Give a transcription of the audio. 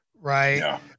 right